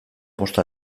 bost